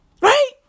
Right